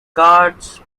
guard’s